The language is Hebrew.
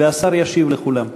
והשר ישיב לכולם.